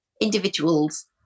individuals